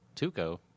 Tuco